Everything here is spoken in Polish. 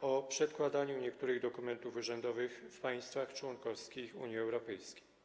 o przedkładaniu niektórych dokumentów urzędowych w państwach członkowskich Unii Europejskiej.